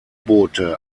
boote